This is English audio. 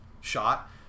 shot